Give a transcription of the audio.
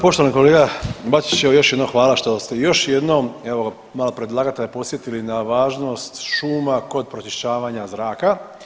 Poštovani kolega Bačić evo još jednom hvala što ste još jednom evo malo predlagatelja podsjetili na važnost šuma kod pročišćavanja zraka.